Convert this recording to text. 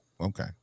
Okay